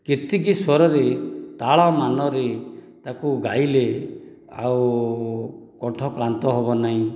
କେତିକି ସ୍ୱରରେ ତାଳ ମାନରେ ତାକୁ ଗାଇଲେ ଆଉ କଣ୍ଠ କ୍ଲାନ୍ତ ହେବ ନାହିଁ